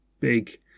Big